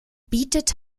bietet